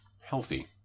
healthy